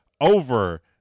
over